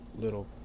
little